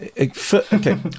Okay